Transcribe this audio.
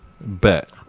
Bet